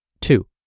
Two